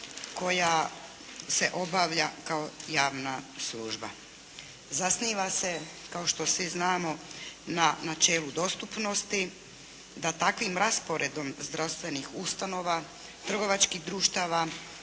koja se obavlja kao javna služba. Zasniva se kao što svi znamo na načelu dostupnosti da takvim rasporedom zdravstvenih ustanova, trgovačkih društava